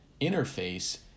interface